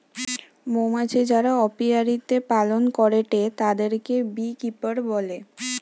মৌমাছি যারা অপিয়ারীতে পালন করেটে তাদিরকে বী কিপার বলে